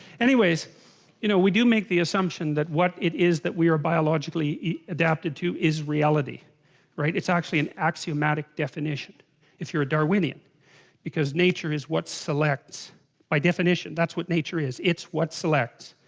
anyways you know, we do make the assumption that what it is that we are biologically adapted to is reality right it's actually an axiomatic definition if you're a darwinian because nature is what selects by definition that's what nature is its what selects